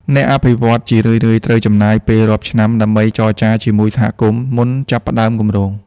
អ្នកអភិវឌ្ឍន៍ជារឿយៗត្រូវចំណាយពេលរាប់ឆ្នាំដើម្បីចរចាជាមួយសហគមន៍ មុនចាប់ផ្ដើមគម្រោង។